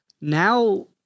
now